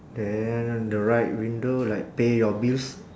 then the right window like pay your bills